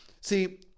See